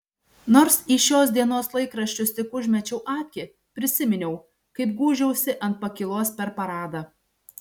nors į šios dienos laikraščius tik užmečiau akį prisiminiau kaip gūžiausi ant pakylos per paradą